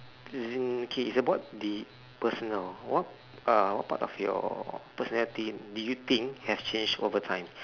as in okay it's about the personal what uh part of your personality do you think have changed over time